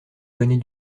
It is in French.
venez